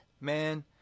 Man